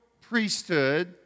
priesthood